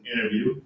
interview